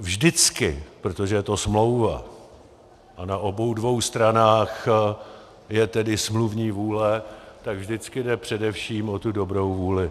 Vždycky, protože je to smlouva a na obou stranách, je tedy smluvní vůle, tak vždycky jde především o tu dobrou vůli.